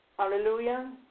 Hallelujah